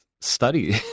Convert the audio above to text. study